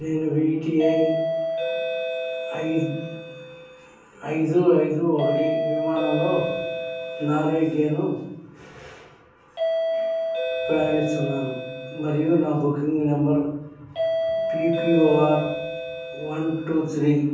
నేను V T I ఐద్ ఐదు ఐదు ఒకటి విమానంలో నార్విగేన్తో ప్రయాణిస్తున్నాను మరియు నా booking number PQR one two three